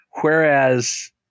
Whereas